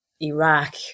Iraq